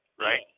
right